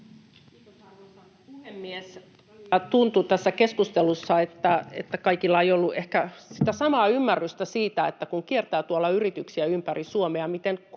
Kiitos, arvoisa puhemies! Välillä tuntuu tässä keskustelussa, että kaikilla ei ollut ehkä sitä samaa ymmärrystä siitä, että kun kiertää yrityksiä ympäri Suomea, miten huutava